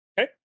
Okay